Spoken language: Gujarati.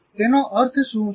તેનો અર્થ શું છે